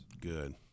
good